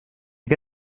que